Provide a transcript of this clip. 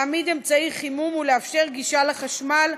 להעמיד אמצעי חימום ולאפשר גישה לחשמל,